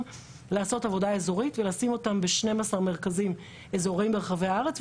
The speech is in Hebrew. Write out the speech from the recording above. לעשות עבודה אזורית ולשים אותם ב-12 מרכזים אזוריים ברחבי הארץ,